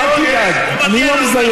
אל תדאג, אני לא מזייף.